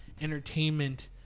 entertainment